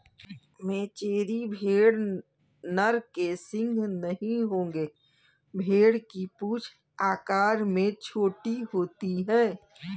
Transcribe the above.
मेचेरी भेड़ नर के सींग नहीं होंगे भेड़ की पूंछ आकार में छोटी होती है